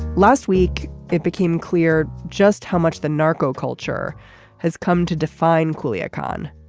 last week it became clear just how much the narco culture has come to define clearly icon.